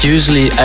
Usually